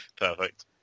Perfect